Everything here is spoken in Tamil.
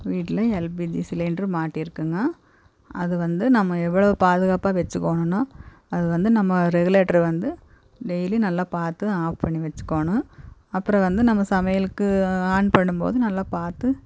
வீட்டில் எல்பிஜி சிலிண்ட்ரு மாட்டிருக்குங்க அது வந்து நம்ம எவ்வளோ பாதுகாப்பாக வச்சிக்கோணுன்னா அது வந்து நம்ம ரெகுலேட்ரை வந்து டெய்லியும் நல்லா பார்த்து ஆஃப் பண்ணி வச்சிக்கோணும் அப்புறம் வந்து நம்ம சமையல்க்கு ஆன் பண்ணும்போது நல்லா பார்த்து